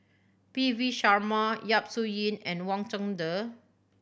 P V Sharma Yap Su Yin and Wang Chunde